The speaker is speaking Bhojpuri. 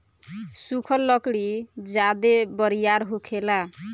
सुखल लकड़ी ज्यादे बरियार होखेला